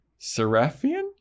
Seraphian